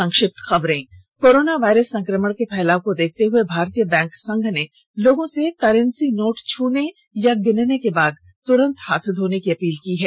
संक्षिप्त खबरें corona virus संक्रमण के फैलाव को देखते हुए भारतीय बैंक संघ ने लोगों से करेंसी नोट छूने या गिनने के बाद तुरंत हाथ घोने की अपील की है